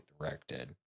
directed